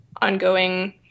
ongoing